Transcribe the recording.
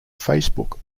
facebook